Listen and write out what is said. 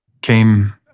Came